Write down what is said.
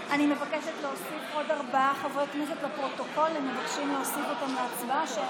הם מבקשים להוסיף אותם להצבעה,